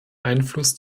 einfluss